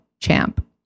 champ